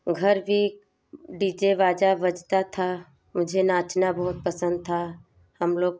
घर भी D J बाजा बजता था मुझे नाचना बहुत पसंद था हम लोग